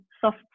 soft